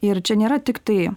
ir čia nėra tiktai